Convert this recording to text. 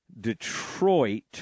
Detroit